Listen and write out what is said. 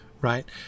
right